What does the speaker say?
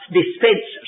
dispense